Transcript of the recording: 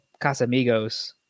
Casamigos